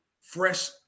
fresh